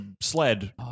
sled